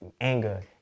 anger